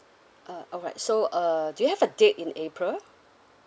uh alright so uh do you have a date in april